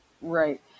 Right